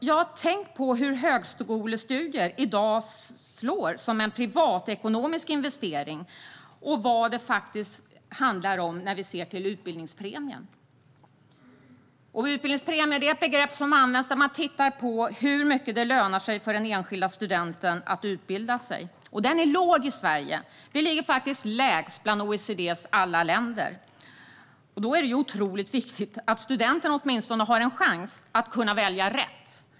Jag har tänkt på vad högskolestudier i dag innebär som en privatekonomisk investering och vad det faktiskt handlar om när vi ser till utbildningspremien. Utbildningspremie är ett begrepp som används när man tittar på hur mycket det lönar sig för den enskilda studenten att utbilda sig. Utbildningspremien är låg i Sverige. Sverige ligger faktiskt lägst bland OECD:s alla länder. Då är det otroligt viktigt att studenterna åtminstone har en chans att välja rätt.